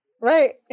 Right